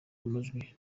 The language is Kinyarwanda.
amajwi